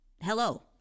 Hello